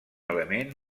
element